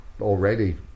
already